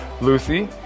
Lucy